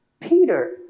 Peter